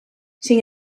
sin